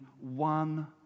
one